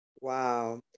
Wow